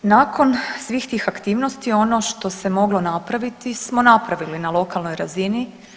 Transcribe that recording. Nakon svih tih aktivnosti ono što se moglo napraviti smo napravili na lokalnoj razini.